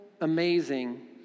amazing